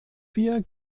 wir